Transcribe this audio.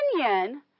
opinion